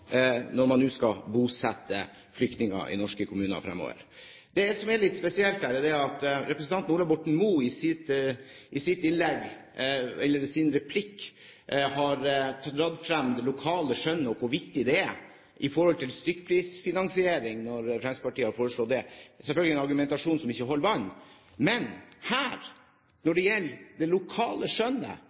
når man nå skal bosette flyktninger i norske kommuner fremover. Det som er litt spesielt her, er at representanten Ola Borten Moe i en replikk har dratt frem det lokale skjønnet og hvor viktig det er, med tanke på stykkprisfinansiering, når Fremskrittspartiet har foreslått det. Det er selvfølgelig en argumentasjon som ikke holder vann. Men her, når det gjelder det lokale skjønnet,